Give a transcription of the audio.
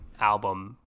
album